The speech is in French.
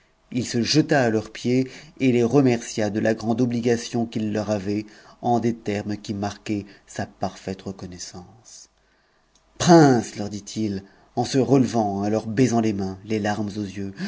il se jeta à leurs pieds et es remercia de ta grande obligation qu'il leur avait en des termes qui marquaient sa parfaite reconnaissance princes leur dit-il en se relevant et en leur baisant les mains les larmes aux yeux